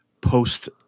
post